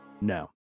No